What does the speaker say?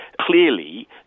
clearly